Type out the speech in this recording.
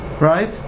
right